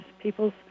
People's